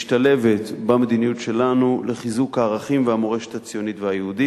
משתלבת במדיניות שלנו לחיזוק הערכים והמורשת הציונית והיהודית.